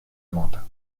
anota